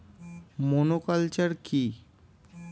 Monoculture কি?